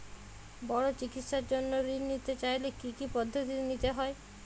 বড় চিকিৎসার জন্য ঋণ নিতে চাইলে কী কী পদ্ধতি নিতে হয়?